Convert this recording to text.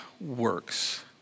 works